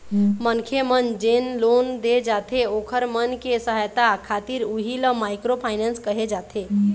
मनखे मन जेन लोन दे जाथे ओखर मन के सहायता खातिर उही ल माइक्रो फायनेंस कहे जाथे